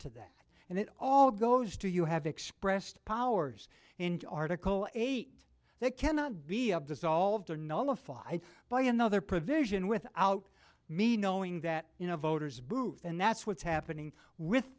to that and it all goes to you have expressed powers in article eight that cannot be absolved or nullified by another provision without me knowing that you know voters booth and that's what's happening with